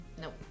nope